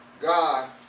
God